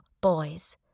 boys